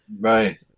Right